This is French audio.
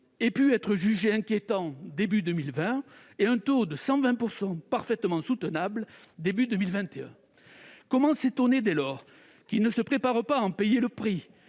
ait pu être jugé inquiétant début 2020 et qu'un taux de 120 % soit parfaitement soutenable début 2021 ? Comment s'étonner qu'ils ne se préparent pas en payer le prix,